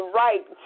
right